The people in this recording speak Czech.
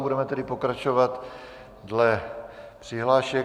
Budeme tedy pokračovat dle přihlášek.